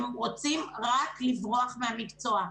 הם רוצים רק לברוח מהמקצוע.